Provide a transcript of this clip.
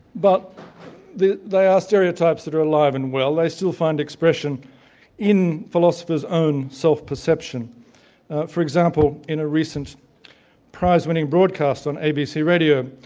but they are stereotypes that are alive and well. they still find expression in philosophy's own self-deception. for example, in a recent prizewinning broadcast on abc radio,